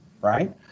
right